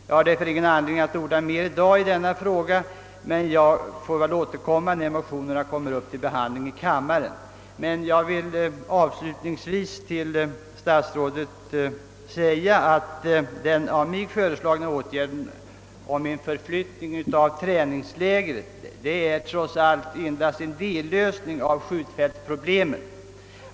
Jag har därför ingen anledning att orda mer i denna sak men får väl återkomma när motionerna tas upp till behandling i kammaren. Avslutningsvis vill jag emellertid framhålla för statsrådet, att den av mig föreslagna åtgärden om förflyttning av träningslägret trots allt endast är en dellösning av skjutfältsproblemet.